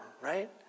right